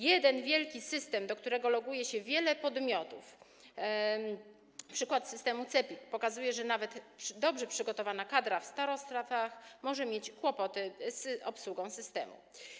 Jeden wielki system, do którego loguje się wiele podmiotów - przykład systemu CEPiK pokazuje, że nawet dobrze przygotowana kadra w starostwach może mieć kłopoty z obsługą takiego systemu.